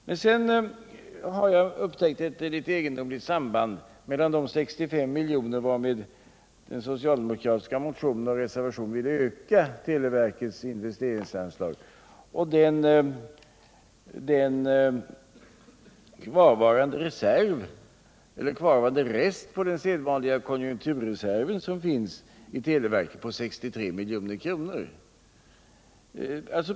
Vidare har jag upptäckt ett något egendomligt samband mellan de 65 miljoner, varmed socialdemokraterna i sin motion och reservation vill öka televerkets investeringsanslag, och den rest på 63 miljoner i den sedvanliga konjunkturreserven som finns i televerkets anslag.